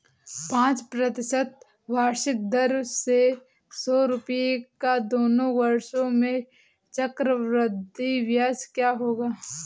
पाँच प्रतिशत वार्षिक दर से सौ रुपये का दो वर्षों में चक्रवृद्धि ब्याज क्या होगा?